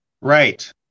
right